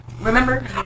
Remember